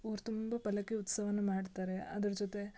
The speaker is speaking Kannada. ಊರು ತುಂಬ ಪಲ್ಲಕ್ಕಿ ಉತ್ಸವನ್ನು ಮಾಡ್ತಾರೆ ಅದ್ರ ಜೊತೆ